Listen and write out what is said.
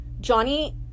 Johnny